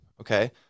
okay